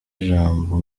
ijambo